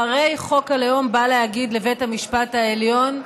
והרי חוק הלאום בא להגיד לבית המשפט העליון: